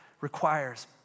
requires